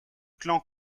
clan